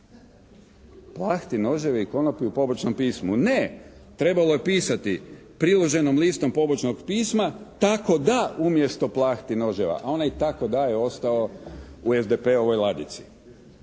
Plahte, noževi i konopi u pobočnom pismu. Ne. trebalo je pisati priloženom listom pobočnog pisma tako da umjesto plahti, noževa, a onaj tako da je ostao u SDP-ovoj ladici.